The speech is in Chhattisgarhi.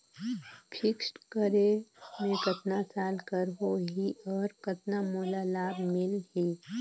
फिक्स्ड करे मे कतना साल कर हो ही और कतना मोला लाभ मिल ही?